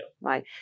right